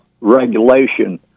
regulation